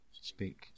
speak